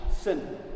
sin